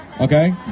okay